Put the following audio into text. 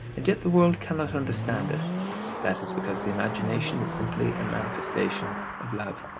and yet the world cannot understand it that is because the imagination is simply a manifestation of love,